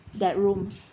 that room